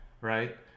right